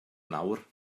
nawr